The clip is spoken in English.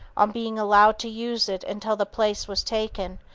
on being allowed to use it until the place was taken,